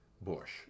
Bush